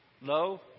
No